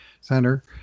center